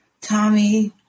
Tommy